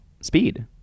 speed